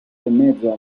mezzo